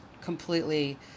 completely